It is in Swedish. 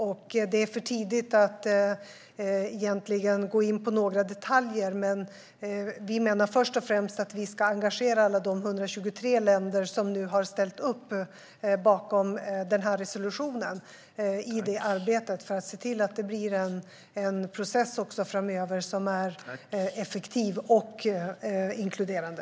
Det är egentligen för tidigt att gå in på några detaljer, men vi menar först och främst att vi ska engagera alla de 123 länder som har ställt upp bakom den här resolutionen i arbetet för att se till att det framöver blir en process som är effektiv och inkluderande.